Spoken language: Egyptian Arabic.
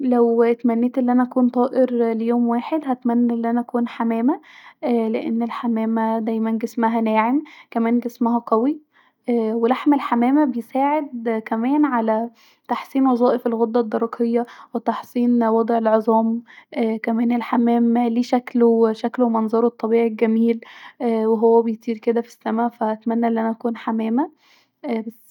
لو اتمنيت أن انا اكون طائر ليوم واحد هتمني أن انا اكون حمامه لأن الحمامه جسمها ناعم جدا كمان جسمها قوي ولحم الحمامه ببساعد كمان علي تحسين وظائف الجسم وتحسين وظائف الغده الدرقيه وتحسين مواضع العظام وكمان الحمام ليه شكله ومنظره الطبيعي الجميل وهو بيطير كدا في السما ف اتمني ان انا اكون حمامه بس